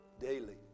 daily